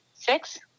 six